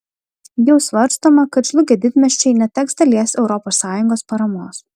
jau svarstoma kad žlugę didmiesčiai neteks dalies europos sąjungos paramos